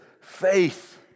faith